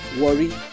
Worry